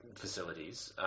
facilities